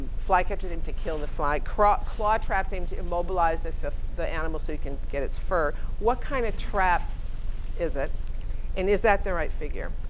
flycatchers aim to kill the fly. craw, claw traps aim to immobilize the animal so you can get it's fur. what kind of trap is it? and is that the right figure?